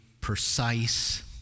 precise